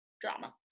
drama